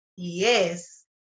Yes